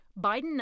Biden